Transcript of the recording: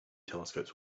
telescopes